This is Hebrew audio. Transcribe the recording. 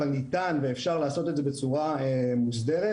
אבל ניתן ואפשר לעשות את זה בצורה מוסדרת.